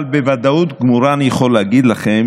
אבל בוודאות גמורה אני יכול להגיד לכם